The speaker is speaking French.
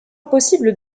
possible